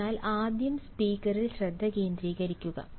അതിനാൽ ആദ്യം സ്പീക്കറിൽ ശ്രദ്ധ കേന്ദ്രീകരിക്കുക